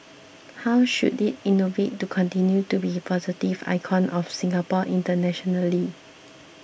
how should it innovate to continue to be positive icon of Singapore internationally